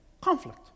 conflict